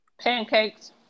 Pancakes